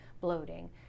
bloating